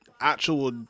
actual